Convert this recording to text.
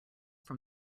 from